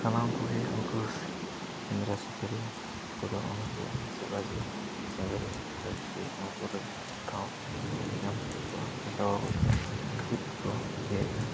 ᱥᱟᱱᱟᱢ ᱠᱚᱜᱮ ᱩᱱᱠᱩ ᱥᱮᱸᱫᱽᱨᱟ ᱥᱤᱠᱟᱹᱨᱤᱭᱟᱹ ᱠᱚᱫᱚ ᱩᱱᱟᱹᱜ ᱜᱮ ᱡᱳᱜᱟᱡᱳᱜᱽ ᱥᱟᱸᱜᱷᱟᱹᱨᱤᱭᱟᱹ ᱞᱟᱹᱜᱤᱫ ᱛᱮ ᱩᱱᱠᱩ ᱞᱟᱹᱜᱤᱫ ᱫᱚ ᱴᱷᱟᱶ ᱠᱚ ᱧᱟᱢᱟ ᱪᱮᱫ ᱠᱚ ᱤᱭᱟᱹᱭᱮᱫᱟ